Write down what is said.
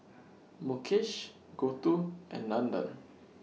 Mukesh Gouthu and Nandan